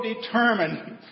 determined